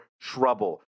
trouble